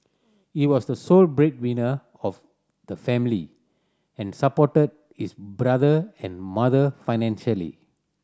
he was the sole breadwinner of the family and supported his brother and mother financially